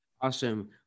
Awesome